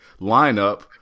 lineup